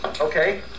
Okay